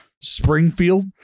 Springfield